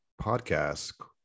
podcast